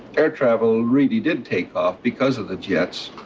air travel really did take off because of the jets,